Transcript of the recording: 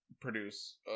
produce